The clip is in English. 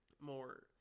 more